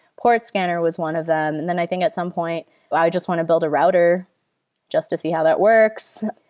port scanner was one of them. then i think at some point i just want to build a router just to see how that works.